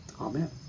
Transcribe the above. Amen